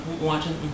watching